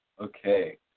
Okay